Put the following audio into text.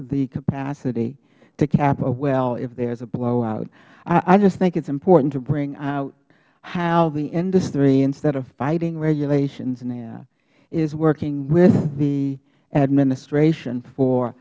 the capacity to cap a well if there's a blowout i just think it's important to bring out how the industry instead of fighting regulations now is working with the administration for